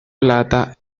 plata